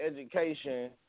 education